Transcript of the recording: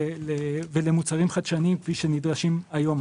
למוצרים חדשניים כפי שנדרשים היום.